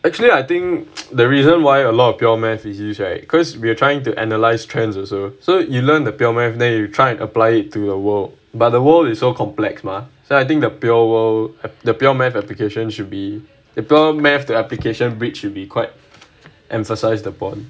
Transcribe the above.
actually I think the reason why a lot of pure mathematics use this right because we are trying to analyse trends also so you learn the pure mathematics then you try and apply it to the world by the world is so complex mah so I think the pure world the pure mathematics application should be above the pure mathematics application bridge you'll be quite emphasise upon